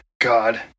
God